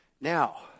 Now